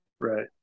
Right